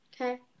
Okay